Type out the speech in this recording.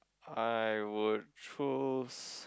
I would choose